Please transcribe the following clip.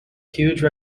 huge